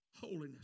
Holiness